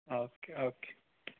okay okay